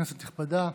כנסת נכבדה,